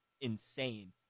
insane